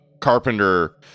Carpenter